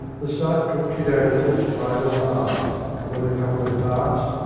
the sight took kiddo cook's idle eye, and when the couple had passed,